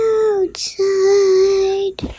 outside